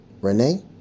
Renee